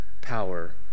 power